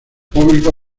público